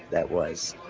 that was.